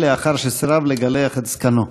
לאחר שסירב לגלח את זקנו.